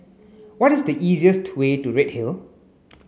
what is the easiest way to Redhill